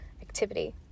activity